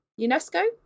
unesco